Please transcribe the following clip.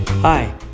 Hi